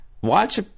Watch